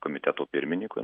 komiteto pirmininkui